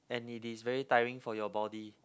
and it is very tiring for your body